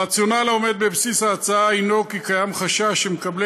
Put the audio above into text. הרציונל העומד בבסיס ההצעה הנו כי קיים חשש שמקבלי